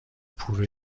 پوره